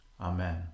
Amen